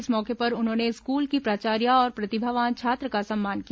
इस मौके पर उन्होंने स्कूल की प्राचार्या और प्रतिभावान छात्र का सम्मान किया